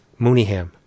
Mooneyham